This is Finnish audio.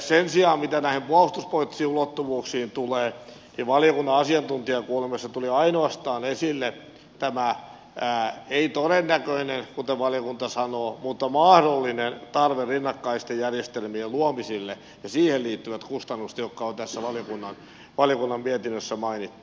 sen sijaan mitä näihin puolustuspoliittisiin ulottuvuuksiin tulee niin valiokunnan asiantuntijakuulemisessa tuli esille ainoastaan tämä ei todennäköinen kuten valiokunta sanoo mutta mahdollinen tarve rinnakkaisten järjestelmien luomisille ja siihen liittyvät kustannukset jotka on tässä valiokunnan mietinnössä mainittu